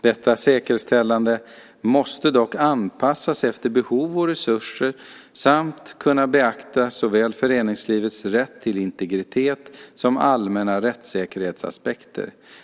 Detta säkerställande måste dock anpassas efter behov och resurser samt kunna beakta såväl föreningslivets rätt till integritet som allmänna rättssäkerhetsaspekter.